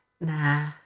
nah